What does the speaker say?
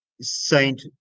Saint